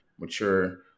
mature